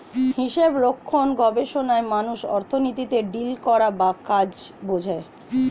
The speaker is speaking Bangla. হিসাবরক্ষণ গবেষণায় মানুষ অর্থনীতিতে ডিল করা বা কাজ বোঝে